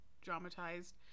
dramatized